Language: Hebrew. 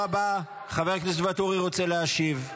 חבר הכנסת ואטורי רוצה להשיב.